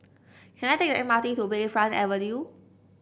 can I take M R T to Bayfront Avenue